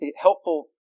helpful